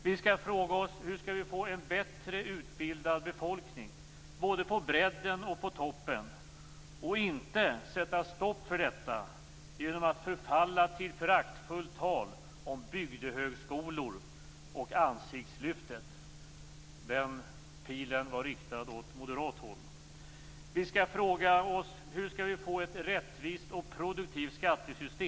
Vi skall fråga oss: Hur skall vi få en bättre utbildad befolkning både på bredden och på toppen? Vi skall inte sätta stopp för detta genom att förfalla till föraktfullt tal om bygdehögskolor och ansiktslyftet. Den pilen var riktad åt moderat håll. Vi skall fråga oss: Hur skall vi få ett rättvist och produktivt skattesystem?